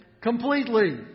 completely